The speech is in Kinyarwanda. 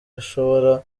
ashobora